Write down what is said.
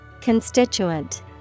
Constituent